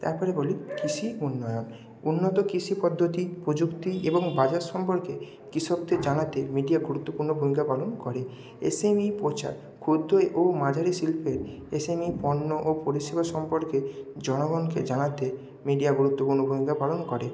তারপরে বলি কৃষি উন্নয়ন উন্নত কৃষি পদ্ধতি প্রযুক্তি এবং বাজার সম্পর্কে কৃষকদের জানাতে মিডিয়া গুরুত্বপূর্ণ ভূমিকা পালন করে এসএমই প্রচার করতে ও মাঝারি শিল্পের এসএমই পণ্য ও পরিষেবা সম্পর্কে জনগণকে জানাতে মিডিয়া গুরুত্বপূর্ণ ভূমিকা পালন করে